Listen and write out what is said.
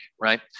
right